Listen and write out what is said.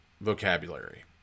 vocabulary